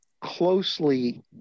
closely